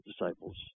disciples